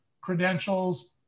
credentials